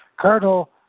Cardinal